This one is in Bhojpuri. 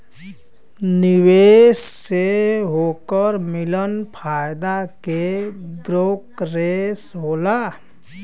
निवेश से ओकर मिलल फायदा के ब्रोकरेज होला